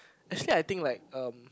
actually I think like um